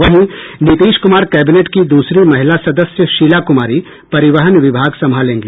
वहीं नीतीश कुमार कैबिनेट की दूसरी महिला सदस्य शीला कुमारी परिवहन विभाग संभालेंगी